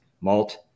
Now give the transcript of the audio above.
malt